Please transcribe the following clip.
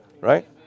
Right